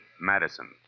Madison